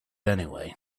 anyway